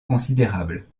considérable